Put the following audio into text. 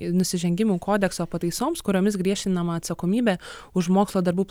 nusižengimų kodekso pataisoms kuriomis griežtinama atsakomybė už mokslo darbų